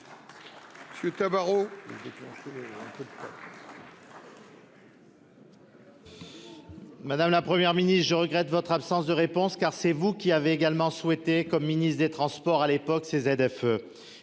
gouvernement. Madame, la Première ministre. Je regrette votre absence de réponse car c'est vous qui avait également souhaité comme ministre des Transports à l'époque, ces ZFE.